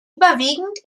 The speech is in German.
überwiegend